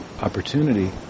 opportunity